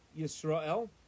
Yisrael